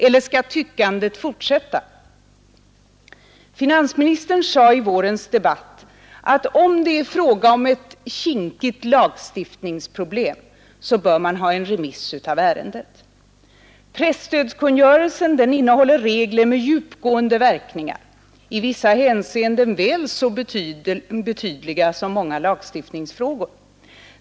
Eller skall tyckandet fortsätta? Finansministern sade i vårens debatt, att om det är fråga om ett kinkigt lagstiftningsproblem bör man ha ett remissförfarande av ärendet. Presstödskungörelsen innehåller regler med djupgående verkningar, i vissa hänseenden väl så betydliga som många lagstiftningsfrågor.